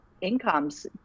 incomes